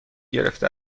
گرفته